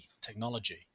technology